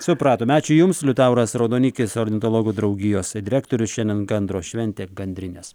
supratome ačiū jums liutauras raudonikis ornitologų draugijos direktorius šiandien gandro šventė gandrinės